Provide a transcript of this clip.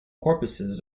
corpses